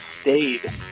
stayed